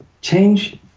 change